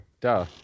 duh